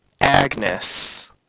Agnes